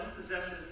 possesses